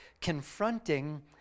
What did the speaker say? confronting